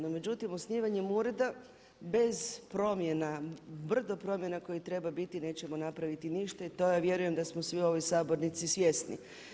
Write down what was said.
No međutim, osnivanjem ureda bez promjena brdo promjena koje treba biti nećemo napraviti ništa i to ja vjerujem da smo svi u ovoj sabornici svjesni.